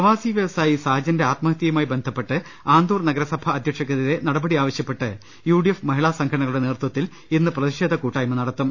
പ്രവാസി വൃവസായി സാജന്റെ ആത്മഹത്യയുമായി ബന്ധപ്പെട്ട് ആന്തൂർ നഗരസഭ അധ്യക്ഷക്കെതിരെ നടപടി ആവശ്യപ്പെട്ട് യുഡിഎഫ് മഹിളാസംഘടനകളുടെ നേതൃത്വത്തിൽ ഇന്ന് പ്രതിഷേധ കൂട്ടായ്മ നടത്തും